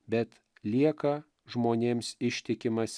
bet lieka žmonėms ištikimas